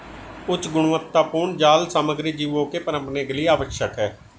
उच्च गुणवत्तापूर्ण जाल सामग्री जीवों के पनपने के लिए आवश्यक है